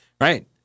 Right